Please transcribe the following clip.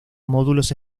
módulos